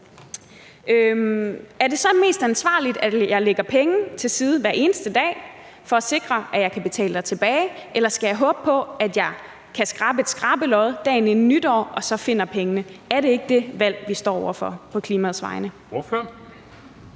er det så mest ansvarligt, at jeg lægger penge til side hver eneste dag for at sikre, at jeg kan betale dig tilbage, eller skal jeg håbe på, at jeg kan skrabe et skrabelod dagen inden nytår og så finde pengene? Er det ikke det valg, vi står over for på klimaets vegne?